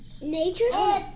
Nature